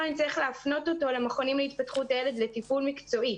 נצטרך להפנות את הילד למכונים להתפתחות הילד לטיפול מקצועי.